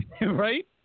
right